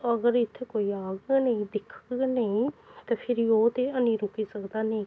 अगर इत्थै कोई औग गै नेईं दिखग गै नेईं ते फिरी ओह् ते हैन्नी रुकी सकदा नेईं कुछ